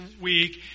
week